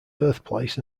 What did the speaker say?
birthplace